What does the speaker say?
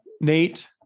Nate